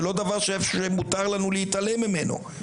זה לא דבר שמותר לנו להתעלם ממנו.